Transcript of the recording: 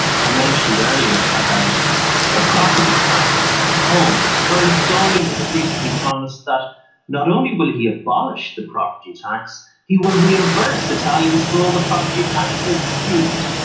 i mentioned earlier about the property tax on homes. berlusconi has recently promised that not only will he abolish the property tax, he will reimburse italians for all the property tax they've paid.